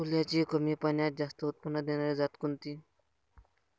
सोल्याची कमी पान्यात जास्त उत्पन्न देनारी जात कोनची?